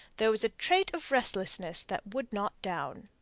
there was a trait of restlessness that would not down,